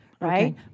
Right